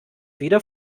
wieder